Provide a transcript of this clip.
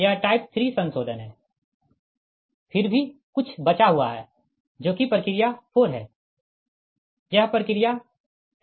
यह टाइप 3 संशोधन है फिर भी कुछ बचा हुआ है जो कि प्रक्रिया 4 है यह प्रक्रिया 3 है